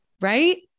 right